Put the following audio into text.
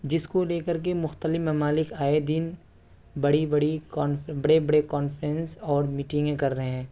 جس کو لے کر کے مختلف ممالک آئے دن بڑی بڑی بڑے بڑے کانفرنس اور میٹنگیں کر رہے ہیں